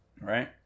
right